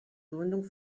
gründung